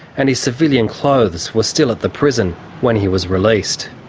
and his civilian clothes were still at the prison when he was released.